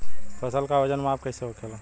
फसल का वजन माप कैसे होखेला?